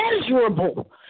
measurable